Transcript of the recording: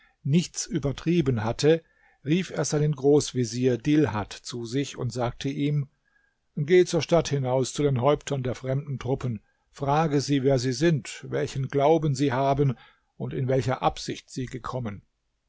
nichts übertrieben hatte rief er seinen großvezier dilhat zu sich und sagte ihm gehe zur stadt hinaus zu den häuptern der fremden truppen frage sie wer sie sind welchen glauben sie haben und in welcher absicht sie gekommen